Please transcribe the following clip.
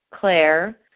Claire